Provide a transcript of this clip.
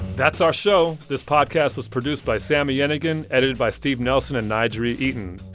that's our show. this podcast was produced by sami yenigun, edited by steve nelson and n'jeri eaton.